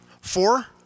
Four